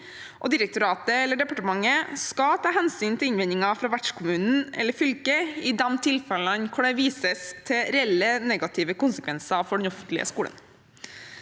og direktoratet eller departementet skal ta hensyn til innvendinger fra vertskommunen eller fylket i de tilfellene der det vises til reelle negative konsekvenser for den offentlige skolen.